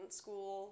school